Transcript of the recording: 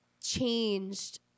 changed